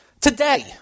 today